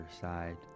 side